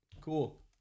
cool